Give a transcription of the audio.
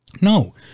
No